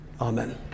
Amen